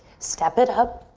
step it up.